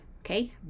okay